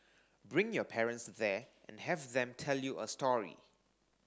bring your parents there and have them tell you a story